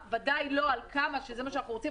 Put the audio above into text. ודאי לא על כמה שזה מה שאנחנו רוצים,